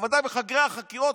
ובוודאי בחדרי החקירות,